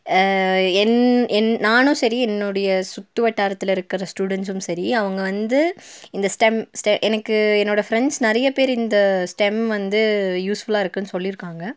என் என் நானும் சரி என்னுடைய சுற்று வட்டாரத்தில் இருக்கிற ஸ்டூடெண்ட்ஸும் சரி அவங்க வந்து இந்த ஸ்டெம் ஸ்டெ எனக்கு என்னோடய ஃபிரண்ட்ஸ் நிறைய பேர் இந்த ஸ்டெம் வந்து யூஸ்ஃபுலாக இருக்குதுனு சொல்லியிருக்காங்க